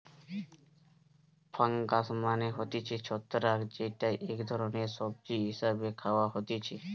fungus মানে হতিছে ছত্রাক যেইটা এক ধরণের সবজি হিসেবে খাওয়া হতিছে